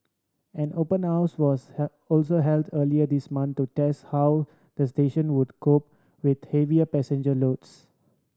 an open house was also held earlier this month to test how the station would cope with heavy passenger loads